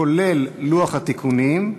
כולל לוח התיקונים,